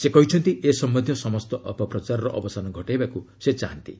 ସେ କହିଛନ୍ତି ଏ ସମ୍ଭନ୍ଧୀୟ ସମସ୍ତ ଅପପ୍ରଚାରର ଅବସାନ ଘଟାଇବାକୁ ସେ ଚାହାନ୍ତି